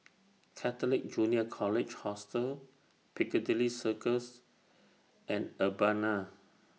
Catholic Junior College Hostel Piccadilly Circus and Urbana